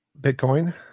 Bitcoin